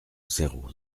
zéro